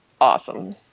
Awesome